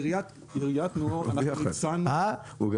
וגם